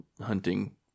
hunting